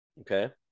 Okay